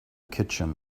kitchen